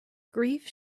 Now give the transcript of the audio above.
grief